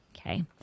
Okay